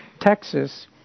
Texas